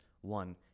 one